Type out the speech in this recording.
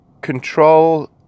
control